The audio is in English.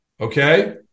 Okay